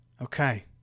Okay